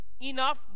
enough